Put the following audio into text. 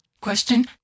Question